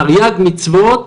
תרי"ג מצוות